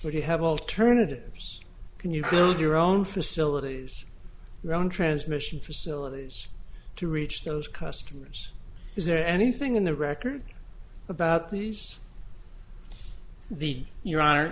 could you have alternatives can you build your own facilities around transmission facilities to reach those customers is there anything in the record about these the you are